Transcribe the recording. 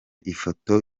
ifoto